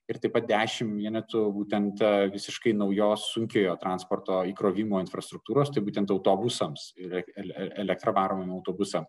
ir taip pat dešimt vienetų būtent visiškai naujos sunkiojo transporto įkrovimo infrastruktūros tai būtent autobusams ir el elektra varomiem autobusam